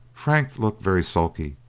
frank looked very sulky,